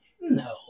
No